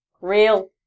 real